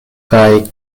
kaj